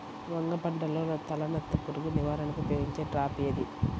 వంగ పంటలో తలనత్త పురుగు నివారణకు ఉపయోగించే ట్రాప్ ఏది?